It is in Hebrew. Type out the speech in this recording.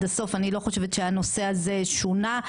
עם חד"ש ועם תע"ל -- אני לא חושבת שחיברו את הליכוד עם המשותפת.